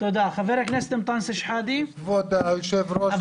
כבוד היושב=ראש,